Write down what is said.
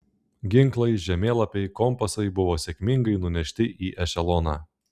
ginklai žemėlapiai kompasai buvo sėkmingai nunešti į ešeloną